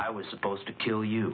i was supposed to kill you